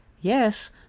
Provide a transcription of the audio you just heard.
Yes